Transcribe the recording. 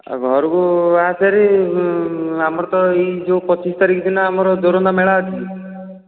ଆଉ ଘରକୁ ଆସ ଭାରି ଆମର ତ ଏଇ ଯେଉଁ ପଚିଶ ତାରିଖ ଦିନ ଆମର ଯୋରନ୍ଦା ମେଳା ଅଛି